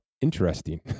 interesting